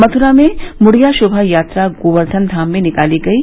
मथुरा में मुड़िया शोभा यात्रा गोवर्धन धाम में निकाली गयी